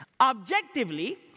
Objectively